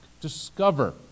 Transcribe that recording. discover